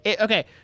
Okay